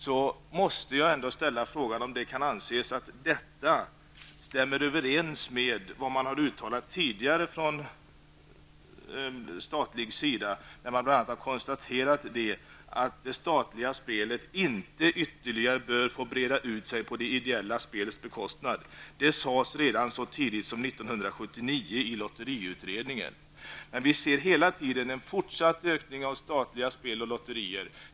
Jag måste då ställa frågan om detta kan anses stämma överens med vad man tidigare har uttalat från statligt håll, dvs. att de statliga spelen inte ytterligare bör få breda ut sig på de ideella spelens bekostnad. Detta sades så tidigt som 1979 i lotteriutredningen. Men vi ser hela tiden en fortsatt ökning av antalet statliga spel och lotterier.